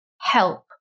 help